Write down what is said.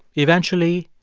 eventually,